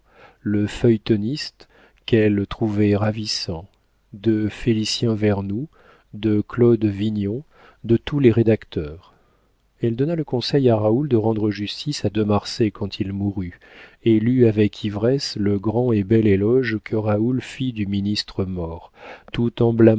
le feuilletoniste qu'elle trouvait ravissant de félicien vernou de claude vignon de tous les rédacteurs elle donna le conseil à raoul de rendre justice à de marsay quand il mourut et lut avec ivresse le grand et bel éloge que raoul fit du ministre mort tout